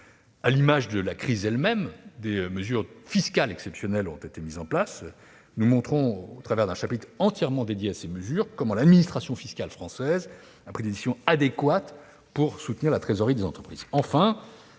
À l'image de la crise elle-même, il a fallu prendre des mesures fiscales exceptionnelles. Nous montrons, dans un chapitre entièrement dédié à ces mesures, comment l'administration fiscale française a pris les décisions adéquates pour soutenir la trésorerie des entreprises.